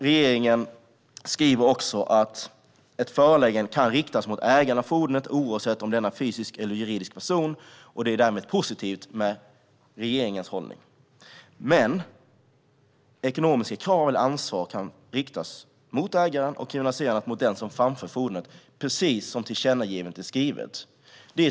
Regeringen skriver också att ett föreläggande kan riktas mot ägaren av fordonet oavsett om denna är en fysisk eller juridisk person. Regeringens hållning är därmed positiv. Men ekonomiska krav eller ansvar kan riktas mot ägaren, och den som framför fordonet kan kriminaliseras, precis som tillkännagivandet är skrivet.